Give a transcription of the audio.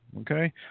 Okay